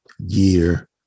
year